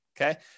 okay